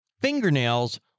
fingernails